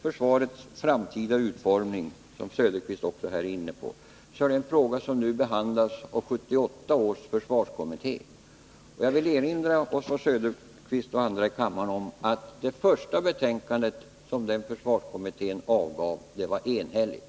Försvarets framtida utformning, som Oswald Söderqvist också var inne på, är en fråga som behandlas av 1978 års försvarskommitté. Jag vill till sist erinra Oswald Söderqvist och andra i kammaren om att det första betänkande som denna försvarskommitté avgav var enhälligt.